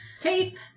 Tape